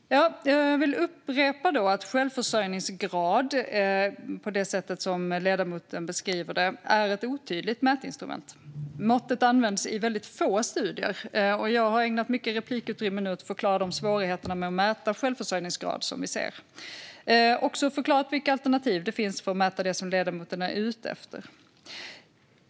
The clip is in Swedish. Fru talman! Jag vill upprepa att självförsörjningsgrad, på det sätt som ledamoten beskriver det, är ett otydligt mätinstrument. Måttet används i väldigt få studier. Jag har nu ägnat mycket utrymme i mina inlägg åt att förklara de svårigheter vi ser med att mäta självförsörjningsgrad. Jag har också förklarat vilka alternativ det finns för att mäta det som ledamoten är ute efter.